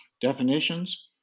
definitions